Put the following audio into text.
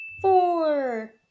four